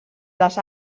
las